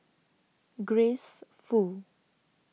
Grace Fu